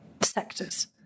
sectors